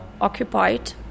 occupied